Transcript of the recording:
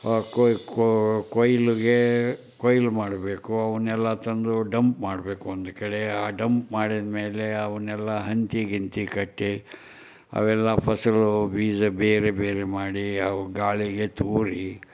ಕೊಯ್ ಕೊ ಕೊಯ್ಲಿಗೆ ಕೊಯ್ಲು ಮಾಡಬೇಕು ಅವನ್ನೆಲ್ಲ ತಂದು ಡಂಪ್ ಮಾಡಬೇಕು ಒಂದು ಕಡೆ ಆ ಡಂಪ್ ಮಾಡಿದ್ಮೇಲೆ ಅವನ್ನೆಲ್ಲ ಹಂಚಿ ಗಿಂಚಿ ಕಟ್ಟಿ ಅವೆಲ್ಲ ಫಸಲು ಬೀಜ ಬೇರೆ ಬೇರೆ ಮಾಡಿ ಅವು ಗಾಳಿಗೆ ತೂರಿ